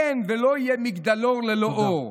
אין ולא יהיה מגדלור ללא אור".